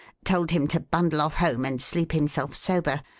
told him to bundle off home and sleep himself sober,